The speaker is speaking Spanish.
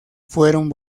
fueron